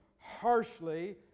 harshly